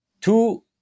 two